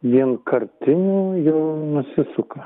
vienkartinių ji nusisuka